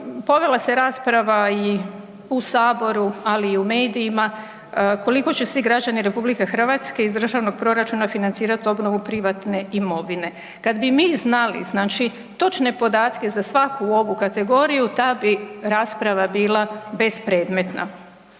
povela se rasprava u saboru ali i u medijima koliko će svi građani RH iz državnog proračuna financirati obnovu privatne imovine. Kad bi mi znali znači točne podatke za svaku ovu kategoriju ta bi rasprava bila bespredmetna.